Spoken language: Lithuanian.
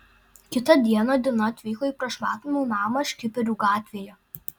kitą dieną dina atvyko į prašmatnų namą škiperių gatvėje